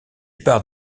part